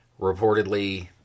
reportedly